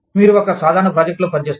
మీరు ఒక సాధారణ ప్రాజెక్ట్లో పని చేస్తారు